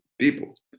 people